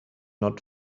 not